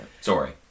sorry